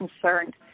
concerned